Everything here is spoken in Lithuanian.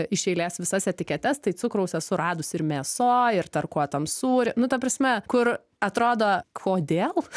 iš eilės visas etiketes tai cukraus esu radusi ir mėsoj ir tarkuotam sūry nu ta prasme kur atrodo kodėl